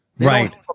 right